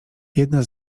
jedna